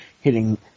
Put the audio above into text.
hitting